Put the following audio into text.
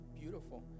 beautiful